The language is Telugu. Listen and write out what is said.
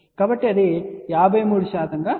కాబట్టి అది 53 గా వస్తుంది